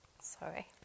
Sorry